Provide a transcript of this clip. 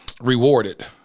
rewarded